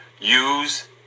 use